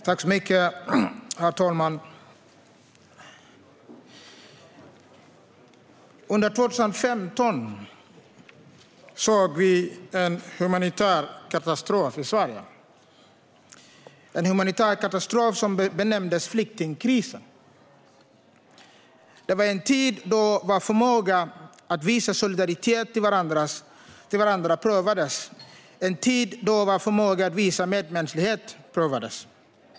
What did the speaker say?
Herr talman! Under 2015 såg vi en humanitär katastrof i Sverige, en humanitär katastrof som benämndes flyktingkrisen. Det var en tid då vår förmåga att visa solidaritet med varandra prövades, en tid då vår förmåga att visa medmänsklighet prövades.